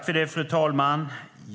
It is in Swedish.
Fru talman!